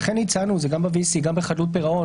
לכן הצענו את זה גם ב-VC וגם בחדלות פירעון.